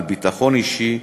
על ביטחון אישי,